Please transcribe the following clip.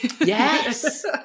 Yes